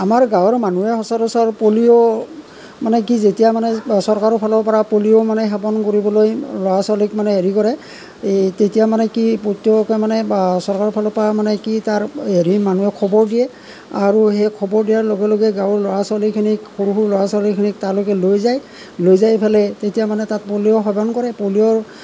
আমাৰ গাঁৱৰ মানুহে সচৰাচৰ পলিঅ' মানে কি যেতিয়া মানে চৰকাৰৰ ফালৰ পৰা পলিঅ' মানে সেৱন কৰিবলৈ ল'ৰা ছোৱালীক মানে হেৰি কৰে এই তেতিয়া মানে কি প্ৰত্যেককে মানে চৰকাৰৰ ফালৰ পৰা মানে কি তাৰ হেৰি মানুহে খবৰ দিয়ে আৰু সেই খবৰ দিয়াৰ লগে লগেই গাঁৱৰ ল'ৰা ছোৱালীখিনিক সৰু সৰু ল'ৰা ছোৱালীখিনিক তালৈকে লৈ যায় লৈ যায় পেলাই তেতিয়া মানে তাত পলিঅ' সেৱন কৰে পলিঅ'ৰ